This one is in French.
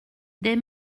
des